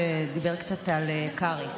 שדיבר קצת על קרעי.